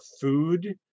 food